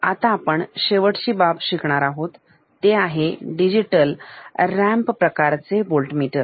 आता आपण शेवटची बाब शिकणार आहोत ते आहे डिजिटल रॅम्प प्रकारचे वोल्टमीटर